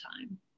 time